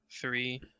three